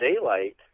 daylight